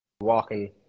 walking